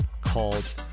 called